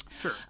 Sure